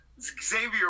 Xavier